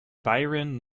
byron